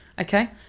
Okay